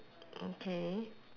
okay